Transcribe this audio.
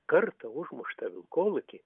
kartą užmuštą vilkolakį